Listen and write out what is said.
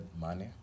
money